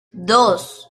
dos